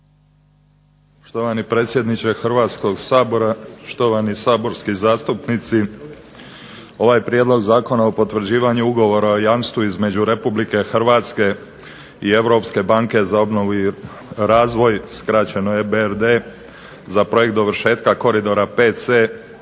Štovani predsjedniče Hrvatskoga sabora, štovani saborski zastupnici. Ovaj Prijedlog zakona o potvrđivanju ugovora o jamstvu između Republike Hrvatske i Europske banke za obnovu i razvoj skraćeno EBRD za Projekt dovršetka koridora 5C"